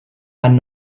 and